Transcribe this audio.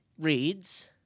reads